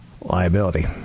liability